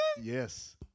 Yes